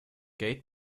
gate